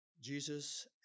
Jesus